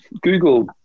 Google